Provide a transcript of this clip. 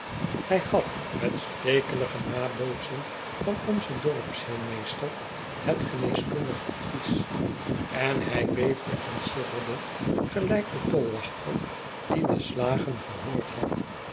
hij gaf met stekelige nabootsing van onzen dorpsheelmeester het geneeskundig ad vies en hij beefde en sidderde gelijk de tolwachter die de slagen gehoord had